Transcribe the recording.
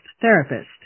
therapist